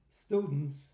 students